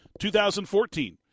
2014